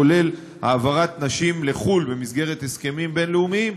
כולל העברת נשים לחו"ל במסגרת הסכמים בין-לאומיים,